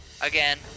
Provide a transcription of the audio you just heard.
Again